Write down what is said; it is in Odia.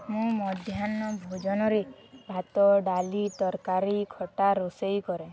ମୁଁ ମଧ୍ୟାହ୍ନ ଭୋଜନରେ ଭାତ ଡାଲି ତରକାରୀ ଖଟା ରୋଷେଇ କରେ